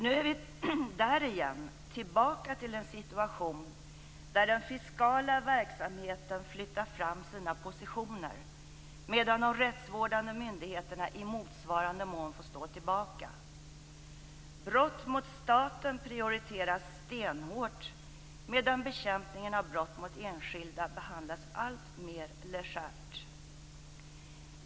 Nu är vi där igen, tillbaka till en situation där den fiskala verksamheten flyttar fram sina positioner medan de rättsvårdande myndigheterna i motsvarande mån får stå tillbaka. Brott mot staten prioriteras stenhårt medan bekämpningen av brott mot enskilda behandlas alltmer legärt.